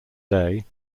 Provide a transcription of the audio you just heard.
day